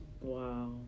Wow